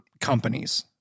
companies